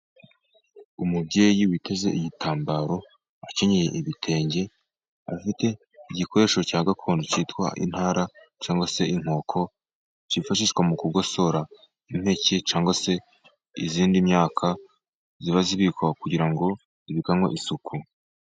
Umubyeyi witeze igitambaro, akenyeye igitenge, afite igikoresho cya gakondo, cyitwa intara cyangwa se inkoko, kifashishwa mu kugosora; impeke, cyangwa se iyindi myaka, ziba zibikwa kugira ngo zibikanwe isuku.